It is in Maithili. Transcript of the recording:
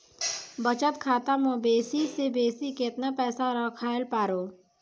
बचत खाता म बेसी से बेसी केतना पैसा रखैल पारों?